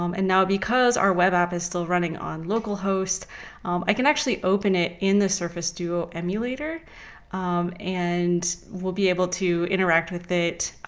um and now, because our web app is still running on localhost, i can actually open it in the surface duo emulator and we'll be able to interact with it.